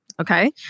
Okay